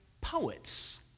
poets